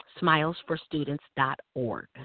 smilesforstudents.org